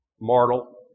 mortal